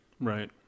Right